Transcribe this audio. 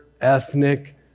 ethnic